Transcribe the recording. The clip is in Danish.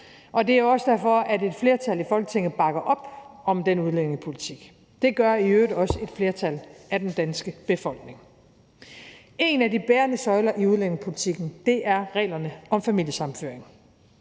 og det er også derfor, at et flertal i Folketinget bakker op om den udlændingepolitik. Det gør i øvrigt også et flertal af den danske befolkning. En af de bærende søjler i udlændingepolitikken er reglerne om familiesammenføring.